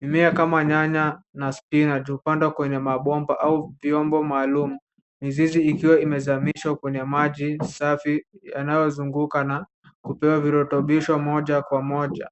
Mimea kama nyanya na spinach , hupandwa kwenye mabomba au vyombo maalum, mizizi ikiwa imezamishwa kwenye maji safi yanayozunguka na kupewa virutubisho moja kwa moja.